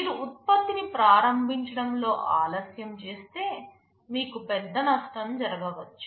మీరు ఉత్పత్తిని ప్రారంభించడంలో ఆలస్యం చేస్తే మీకు పెద్ద నష్టం జరగవచ్చు